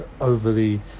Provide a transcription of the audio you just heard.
overly